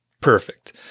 Perfect